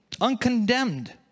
uncondemned